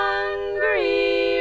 Hungry